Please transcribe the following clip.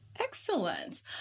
Excellent